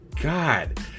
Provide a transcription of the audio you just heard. god